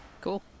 Cool